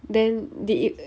then did it